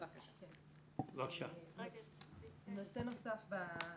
נושא נוסף.